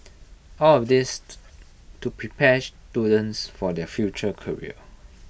all of this to prepare students for their future career